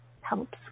helps